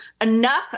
Enough